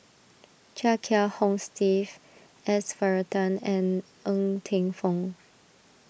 Chia Kiah Hong Steve S Varathan and Ng Teng Fong